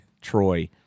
Troy